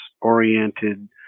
oriented